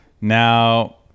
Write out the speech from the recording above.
Now